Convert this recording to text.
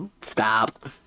Stop